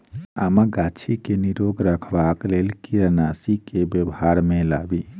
आमक गाछ केँ निरोग रखबाक लेल केँ कीड़ानासी केँ व्यवहार मे लाबी?